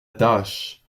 tâche